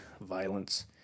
violence